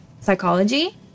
psychology